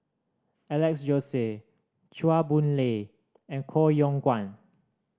Alex Josey Chua Boon Lay and Koh Yong Guan